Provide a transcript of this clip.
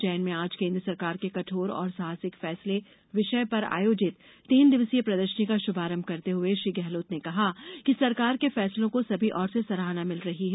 उज्जैन में आज केंद्र सरकार के कठोर और साहसिक फैसले विषय पर आयोजित तीन दिवसीय प्रदर्शनी का शुभारम्भ करते हुए श्री गहलोत ने कहा कि सरकार के फैसलों को सभी ओर से सराहना मिल रही है